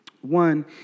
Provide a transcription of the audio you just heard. One